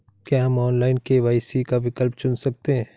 क्या हम online KYC का विकल्प चुन सकते हैं?